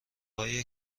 های